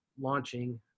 launching